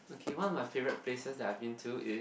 okay one of my favourite places that I've been to is